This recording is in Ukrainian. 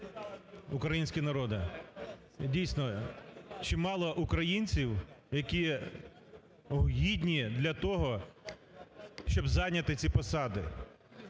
український народе! Дійсно, чимало українців, які гідні для того, щоб зайняти ці посади.